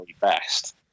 best